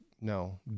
No